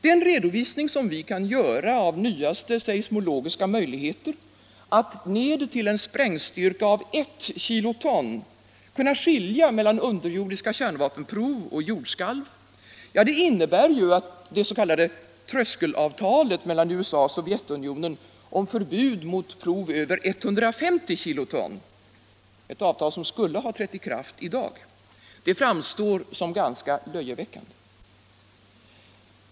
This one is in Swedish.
Den redovisning vi kan göra av nyaste seismologiska möjligheter att ned till en sprängstyrka av 1 kiloton skilja mellan underjordiska kärnvapenprov och jordskalv innebär att det s.k. tröskelavtalet mellan USA och Sovjet om förbud mot prov över 150 kiloton, vilket skulle ha trätt i kraft i dag, framstår som ganska löjeväckande.